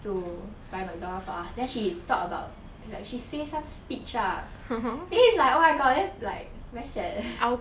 to buy McDonald's for us then she talked about like she say some speech ah then it's like oh my god then like very sad eh